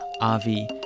Avi